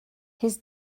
his